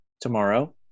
tomorrow